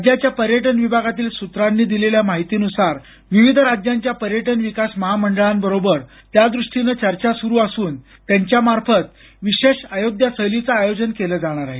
राज्याच्या पर्यटन विभागातील सूत्रांनी दिलेल्या माहितीनुसार विविध राज्यांच्या पर्यटन विकास महामंडळांबरोबर त्यादृष्टीनं चर्चा सुरु असून त्यांच्यामार्फत विशेष अयोध्या सहलीचं आयोजन केलं जाणार आहे